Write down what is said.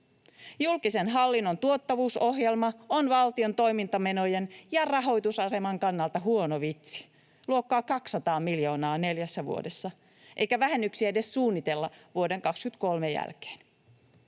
Julkisen hallinnon tuottavuusohjelma on valtion toimintamenojen ja rahoitusaseman kannalta huono vitsi, luokkaa 200 miljoonaa neljässä vuodessa, eikä vähennyksiä edes suunnitella vuoden 2023 jälkeen.